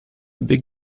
big